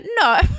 No